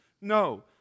No